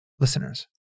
Listeners